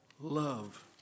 love